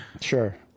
sure